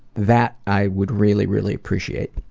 that i would really, really appreciate.